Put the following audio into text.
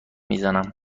میزنم